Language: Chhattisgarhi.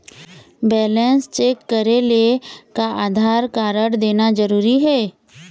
बैलेंस चेक करेले का आधार कारड देना जरूरी हे?